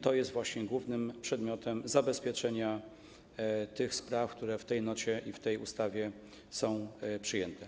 To jest właśnie głównym przedmiotem zabezpieczenia tych spraw, które w tej nocie i w tej ustawie są przyjęte.